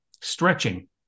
stretching